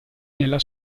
nella